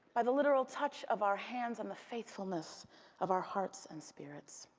by the literal touch of our hands on the faithfulness of our hearts and spirits.